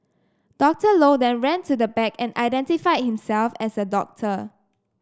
Dr Low then ran to the back and identified himself as a doctor